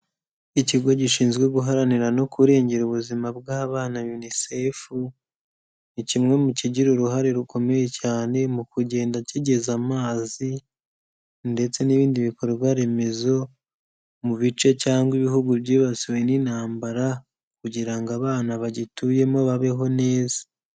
Ikigo gishinzwe guharanira no kurengera ubuzima bw'abana (UNICEF ) ni kimwe mu kigira uruhare rukomeye cyane mu kugenda kigeza amazi, ndetse n'ibindi bikorwaremezo mu bice cyangwa ibihugu byibasiwe n'intambara, kugira ngo abana bagituyemo babeho neza.